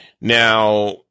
Now